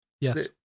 Yes